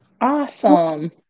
Awesome